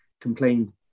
complained